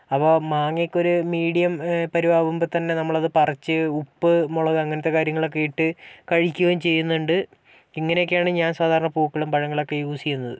അപ്പോൾ മാങ്ങയൊക്കെ ഒരു മീഡിയം പരുവം ആകുമ്പോൾ തന്നെ നമ്മളത് പറിച് ഉപ്പ് മുളക് അങ്ങനത്തെ കാര്യങ്ങളൊക്കെ ഇട്ട് കഴിക്കുകയും ചെയ്യുന്നുണ്ട് ഇങ്ങനൊക്കെയാണ് ഞാൻ സാധാരണ പൂക്കളും പഴങ്ങളൊക്കെ യൂസ് ചെയ്യുന്നത്